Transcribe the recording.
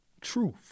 truth